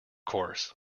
course